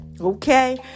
okay